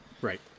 Right